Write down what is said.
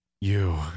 You